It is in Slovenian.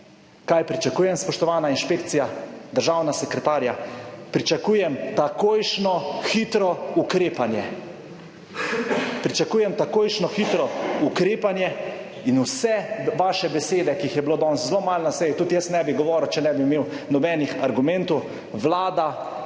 Kaj pričakujem, spoštovana inšpekcija, državna sekretarja? Pričakujem takojšnjo hitro ukrepanje, pričakujem takojšnjo hitro ukrepanje. In vse vaše besede, ki jih je bilo danes zelo malo na seji, tudi jaz ne bi govoril, če ne bi imel nobenih argumentov, Vlada,